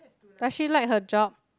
does she like her job